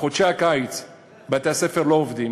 ובחודשי הקיץ בתי-הספר לא עובדים,